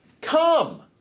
come